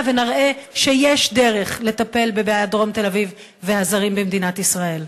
ונראה שיש דרך לטפל בבעיית דרום תל-אביב והזרים במדינת ישראל.